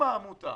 אם העמותה